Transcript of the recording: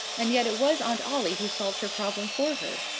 and yet it was aunt ollie who solved her problem for her.